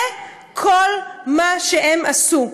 זה כל מה שהם עשו.